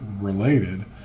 related